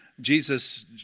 Jesus